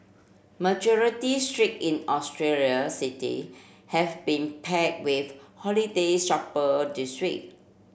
majority street in Australian city have been pack with holiday shopper this week